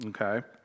okay